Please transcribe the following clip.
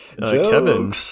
Kevin